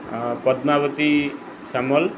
Padmavati Samal